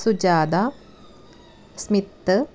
Sujatha Smith